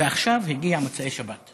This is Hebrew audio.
ועכשיו הגיע מוצאי שבת.